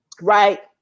right